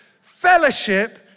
Fellowship